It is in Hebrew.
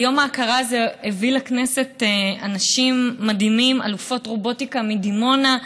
יום ההכרה הזה הביא לכנסת אנשים מדהימים: אלופות רובוטיקה מדימונה,